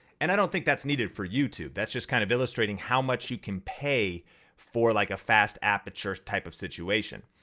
and i don't think that's needed for youtube, that's just kind of illustrating how much you can pay for like a fast aperture type of situation.